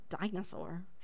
dinosaur